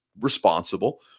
responsible